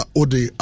ode